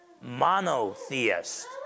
monotheist